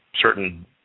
certain